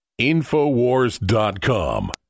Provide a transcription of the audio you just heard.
Infowars.com